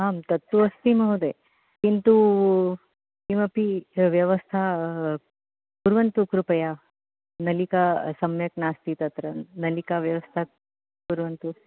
आं तत्तु अस्ति महोदय किन्तु किमपि व्यवस्था कुर्वन्तु कृपया नलिका सम्यक् नास्ति तत्र नलिकाव्यवस्था कुर्वन्तु